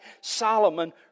Solomon